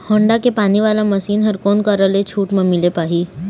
Honda के पानी वाला मशीन हर कोन करा से छूट म मिल पाही?